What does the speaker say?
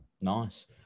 Nice